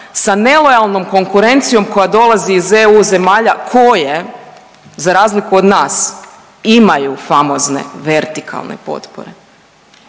sa nelojalnom konkurencijom koja dolazi iz EU zemalja koje za razliku od nas imaju famozne vertikalne potpore,